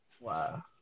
Wow